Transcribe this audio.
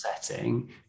setting